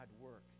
work